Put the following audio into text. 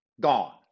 gone